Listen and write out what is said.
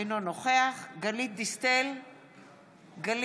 אינו נוכח גלית דיסטל אטבריאן,